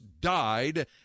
died